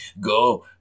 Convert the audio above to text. go